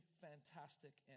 fantastic